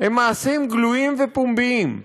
הם מעשים גלויים ופומביים.